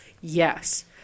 yes